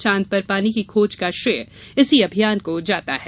चांद पर पानी की खोज का श्रेय इसी अभियान को जाता है